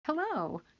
Hello